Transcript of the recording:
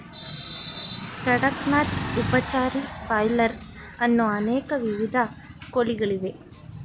ಕಡಕ್ ನಾಥ್, ಉಪಚಾರಿ, ಬ್ರಾಯ್ಲರ್ ಅನ್ನೋ ಅನೇಕ ವಿಧದ ಕೋಳಿಗಳಿವೆ